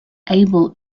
able